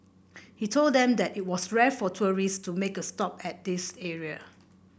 he told them that it was rare for tourists to make a stop at this area